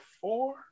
four